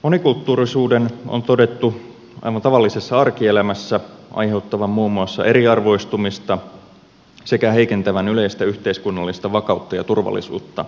monikulttuurisuuden on todettu aivan tavallisessa arkielämässä aiheuttavan muun muassa eriarvoistumista sekä heikentävän yleistä yhteiskunnallista vakautta ja turvallisuutta